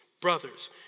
brothers